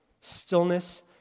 stillness